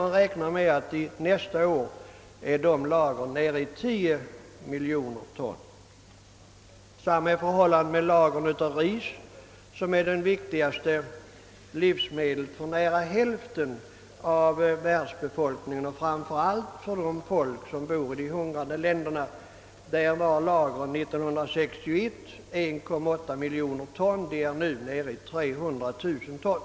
Man räknar med att dessa lager nästa år skall vara nere i 10 miljoner ton. Detsamma är förhållandet med lagren av ris, som är det viktigaste livsmedlet för nära hälften av världens befolkning, framför allt för folken i de hungrande länderna. Lagren uppgick 1961 till 1,8 miljon ton och är nu nere i 300 000 ton.